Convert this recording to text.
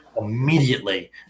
immediately